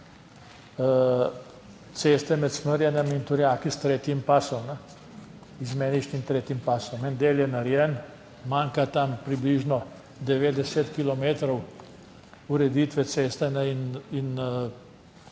ceste med Smrjenjem in Turjaki s tretjim pasom, izmeničnim tretjim pasom. En del je narejen, manjka tam približno 90 kilometrov ureditve ceste in